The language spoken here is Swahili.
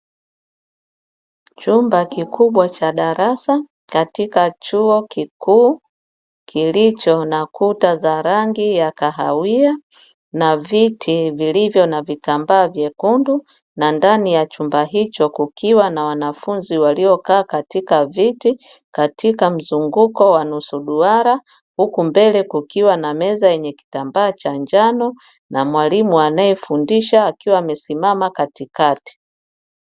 Chumba kikubwa cha darasa katika chuo kikuu, kilicho na kuta za rangi ya kahawia na viti vilivyo na vitambaa vyekundu, na ndani ya chumba hicho kukiwa na wanafunzi waliokaa katika viti katika mzunguko wa nusu duara, huku mbele kukiwa na meza yenye kitambaa cha njano na mwalimu anayefundisha akiwa amesimama katikati.